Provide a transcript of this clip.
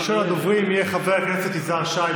ראשון הדוברים יהיה חבר הכנסת יזהר שי,